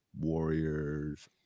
Warriors